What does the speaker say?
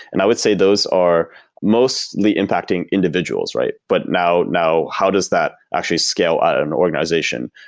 and i would say those are mostly impacting individuals, right? but now now how does that actually scale at an organization?